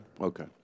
Okay